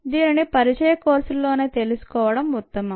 దీనిని పరిచయ కోర్సుల్లోనే తెలుసుకోవడం ఉత్తమం